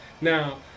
now